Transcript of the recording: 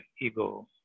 ego